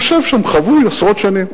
יושב שם, חבוי, עשרות שנים.